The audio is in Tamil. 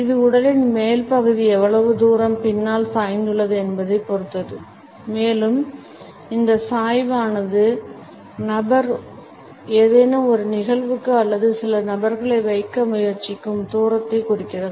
இது உடலின் மேல் பகுதி எவ்வளவு தூரம் பின்னால் சாய்ந்துள்ளது என்பதைப் பொறுத்தது மேலும் இந்த சாய்வானது நபர் ஏதேனும் ஒரு நிகழ்வுக்கு அல்லது சில நபர்களை வைக்க முயற்சிக்கும் தூரத்தை குறிக்கிறது